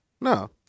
no